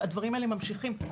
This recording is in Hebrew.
והדברים האלה ממשיכים.